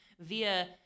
via